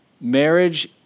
Marriage